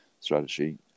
strategy